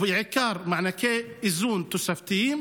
ובעיקר מענקי איזון תוספתיים,